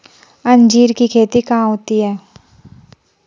अंजीर की खेती कहाँ होती है?